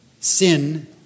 Sin